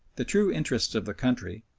the true interests of the country,